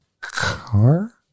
car